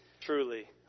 truly